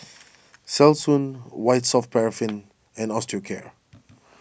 Selsun White Soft Paraffin and Osteocare